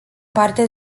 parte